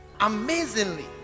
amazingly